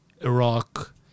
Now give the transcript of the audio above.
Iraq